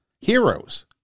heroes